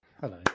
Hello